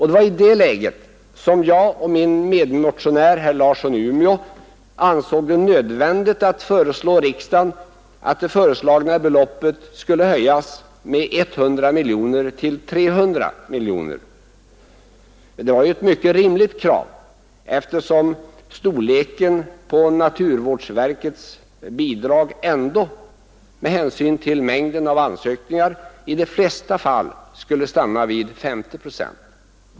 Det var i det läget som jag och min medmotionär herr Larsson i Umeå ansåg det nödvändigt att hemställa hos riksdagen att det föreslagna beloppet skulle höjas med 100 miljoner kronor till 300 miljoner kronor. Det var ett mycket rimligt krav, eftersom naturvårdsverkets bidrag, med hänsyn till mängden av ansökningar, i de flesta fall ändå skulle stanna vid 50 procent.